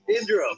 Indra